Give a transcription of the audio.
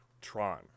Tron